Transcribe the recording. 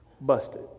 busted